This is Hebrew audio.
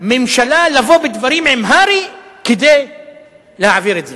ממשלה לבוא בדברים עם הר"י כדי להעביר את זה.